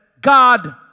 God